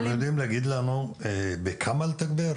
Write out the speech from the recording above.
אתם יודעים להגיד בכמה לתגבר?